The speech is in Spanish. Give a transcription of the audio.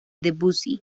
debussy